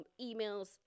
emails